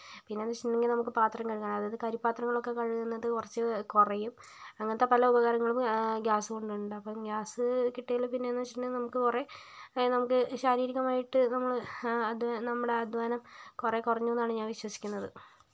പിന്നെ എന്ന് വെച്ചിട്ടുണ്ടെങ്കില് നമുക്ക് പാത്രം കഴുകാന് അതായത് കരി പാത്രങ്ങളൊക്കെ കഴുകുന്നത് കുറച്ച് കുറയും അങ്ങനത്തെ പല ഉപകാരങ്ങളും ഗ്യാസ് കൊണ്ട് ഉണ്ട് അപ്പം ഗ്യാസ് കിട്ടിയതില് പിന്നെ എന്ന് വെച്ചിട്ടുണ്ടെങ്കില് നമുക്ക് കുറെ നമുക്ക് ശാരീരികമായിട്ട് നമ്മള് അത് നമ്മളുടെ അധ്വനം കുറെ കുറഞ്ഞു എന്നാണ് ഞാൻ വിശ്വസിക്കുന്നത്